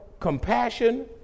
Compassion